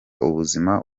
ubuzima